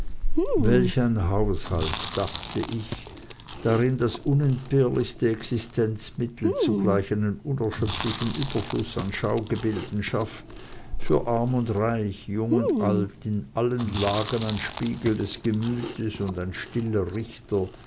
welch ein haus halt dachte ich drin das unentbehrlichste existenzmittel zugleich einen unerschöpflichen überfluß an schaugebilden schafft für arm und reich jung und alt in allen lagen ein spiegel des gemütes und sein stiller richter